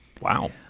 Wow